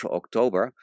oktober